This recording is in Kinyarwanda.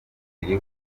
mubiri